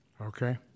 Okay